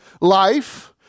life